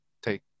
take